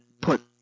put